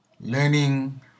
Learning